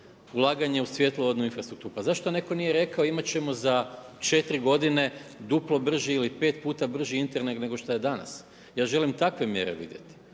ulaganje u svjetlovodnu infrastrukturu, pa zašto neko nije rekao imat ćemo za 4 godine duplo brži ili pet puta brži Internet nego što je danas? Ja želim takve mjere vidjeti.